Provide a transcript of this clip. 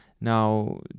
Now